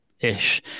Ish